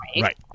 right